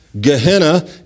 Gehenna